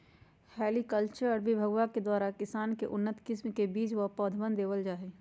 horticulture विभगवा के द्वारा किसान के उन्नत किस्म के बीज व पौधवन देवल जाहई